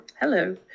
hello